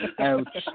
Ouch